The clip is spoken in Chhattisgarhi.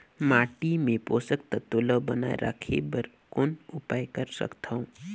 माटी मे पोषक तत्व ल बनाय राखे बर कौन उपाय कर सकथव?